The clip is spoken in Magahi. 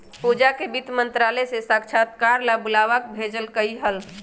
पूजा के वित्त मंत्रालय से साक्षात्कार ला बुलावा भेजल कई हल